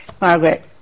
Margaret